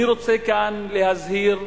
אני רוצה כאן להזהיר,